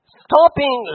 stopping